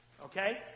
Okay